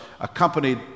accompanied